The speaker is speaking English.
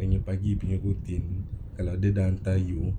dia nya pagi punya routine kalau dia dah hantar you